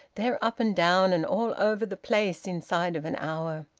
they're up and down and all over the place inside of an hour.